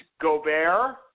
Gobert –